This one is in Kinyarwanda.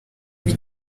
ari